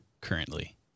currently